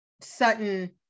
sutton